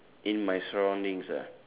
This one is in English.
in my surroundings ah